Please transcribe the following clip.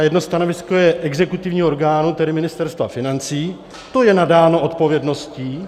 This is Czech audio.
Jedno stanovisko je exekutivního orgánu, tedy Ministerstva financí, to je nadáno odpovědností.